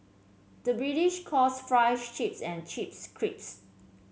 the British calls fries chips and chips